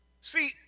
See